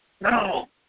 No